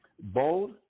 Bold